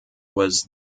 was